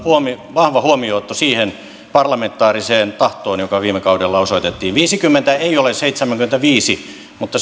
vahva huomioonotto siihen parlamentaariseen tahtoon joka viime kaudella osoitettiin viisikymmentä ei ole seitsemänkymmentäviisi mutta